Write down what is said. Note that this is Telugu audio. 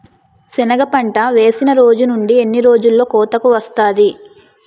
సెనగ పంట వేసిన రోజు నుండి ఎన్ని రోజుల్లో కోతకు వస్తాది?